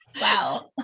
Wow